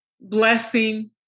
blessing